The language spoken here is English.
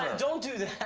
don't do that.